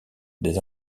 des